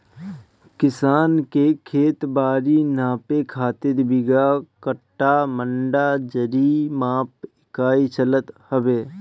किसान के खेत बारी नापे खातिर बीघा, कठ्ठा, मंडा, जरी माप इकाई चलत हवे